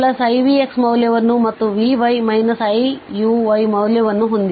ಆದ್ದರಿಂದ ನಾವು f uxivx ಮೌಲ್ಯವನ್ನು ಮತ್ತು vy iuyಮೌಲ್ಯವನ್ನು ಹೊಂದಿದೆ